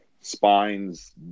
spines